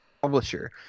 Publisher